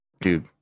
Dude